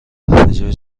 بجای